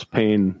pain